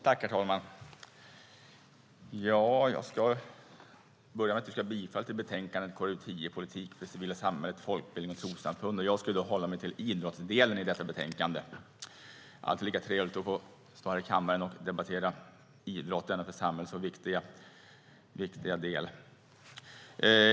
Herr talman! Jag ska börja med att yrka bifall till förslaget i betänkande KrU10, Politik för det civila samhället, folkbildning och trossamfund . Jag kommer att hålla mig till idrottsdelen i detta betänkande. Det är alltid lika trevligt att få stå här i kammaren och debattera idrott, denna för samhället så viktiga del.